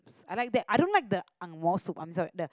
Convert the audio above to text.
I like that I don't like the angmohs soup I'm sorry the